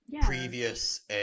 Previous